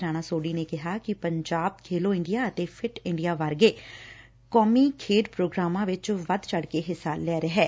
ਰਾਣਾ ਸੋਢੀ ਨੇ ਕਿਹਾ ਕਿ ਪੰਜਾਬ ਖੇਲੋ ਇੰਡੀਆ ਅਤੇ ਫਿੱਟ ਇੰਡੀਆ ਵਰਗੇ ਕੌਮੀ ਖੇਡ ਪੋਗਰਾਮਾ ਵਿਚ ਵਧ ਚੜਕੇ ਹਿੱਸਾ ਲੈ ਰਿਹੈ